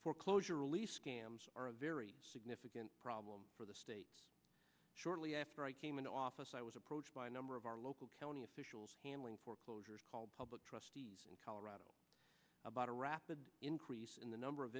foreclosure relief scams are a very significant problem for the state's shortly after i came into office i was approached by a number of our local county officials handling foreclosures called public trustees in colorado about a rapid increase in the number of